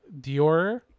Dior